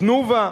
"תנובה"?